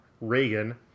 Reagan